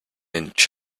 inch